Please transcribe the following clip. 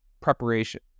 preparation